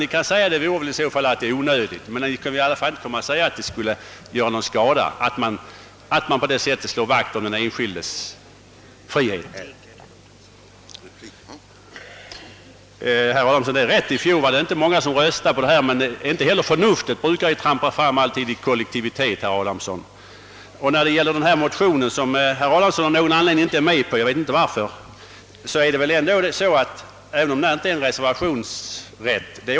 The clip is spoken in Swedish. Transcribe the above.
Ni kan möjligen säga att det vore onödigt, men Ni kan inte säga ati det uppstår någon skada om man på detta sätt slår vakt kring den enskildes frihet. Till herr Adamsson vill jag säga att det är riktigt att det i fjol inte var så många som röstade för motionen, men inte, heller förnuftet brukar trampa fram i kollektivet.